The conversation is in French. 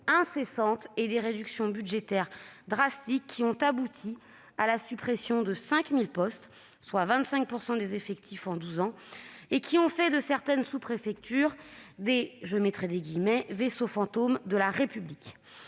incessantes et des réductions budgétaires drastiques. Ces dernières ont abouti à la suppression de 5 000 postes, soit 25 % des effectifs en douze ans, et ont fait de certaines sous-préfectures des « vaisseaux fantômes » de la République.